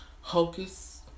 hocus